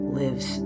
lives